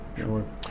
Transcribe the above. sure